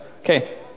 Okay